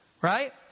right